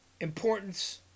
importance